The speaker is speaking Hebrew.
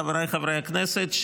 חבריי חברי הכנסת,